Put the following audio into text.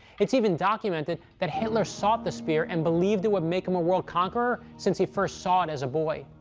it's even documented that hitler sought the spear and believed it would make him a world conqueror since he first saw it as a boy.